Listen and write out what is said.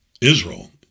Israel